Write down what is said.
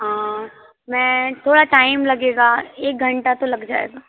हाँ मैं थोड़ा टाइम लगेगा एक घंटा तो लग जाएगा